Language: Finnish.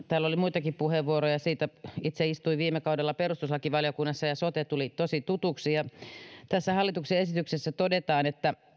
täällä oli muitakin puheenvuoroja siitä itse istuin viime kaudella perustuslakivaliokunnassa ja sote tuli tosi tutuksi ja tässä hallituksen esityksessä todetaan että